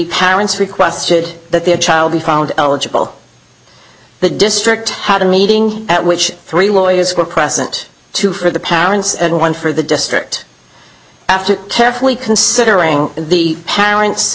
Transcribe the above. parents requested that their child be found eligible the district had a meeting at which three lawyers were present two for the parents and one for the district after carefully considering the parents